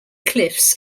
cliffs